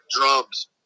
drums